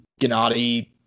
Gennady